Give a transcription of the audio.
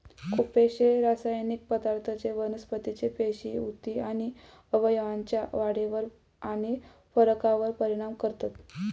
खुपशे रासायनिक पदार्थ जे वनस्पतीचे पेशी, उती आणि अवयवांच्या वाढीवर आणि फरकावर परिणाम करतत